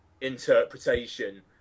interpretation